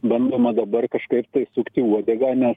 bandoma dabar kažkaip išsukti uodegą nes